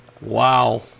Wow